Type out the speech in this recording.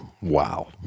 Wow